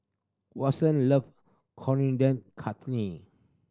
Watson love Coriander Chutney